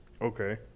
Okay